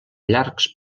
llargs